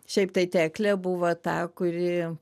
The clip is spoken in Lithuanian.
šiaip tai teklė buvo ta kuri